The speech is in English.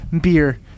beer